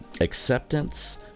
acceptance